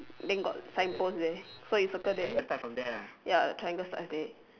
then got sign post there so you circle there ya the triangle starts there